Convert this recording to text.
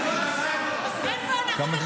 על כל השאלות.